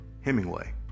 Hemingway